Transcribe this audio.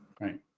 Right